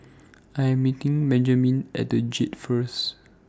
I Am meeting Benjamen At The Jade First